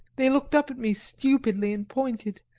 they looked up at me stupidly and pointed,